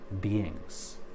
beings